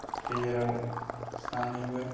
गेजेराव सानैबो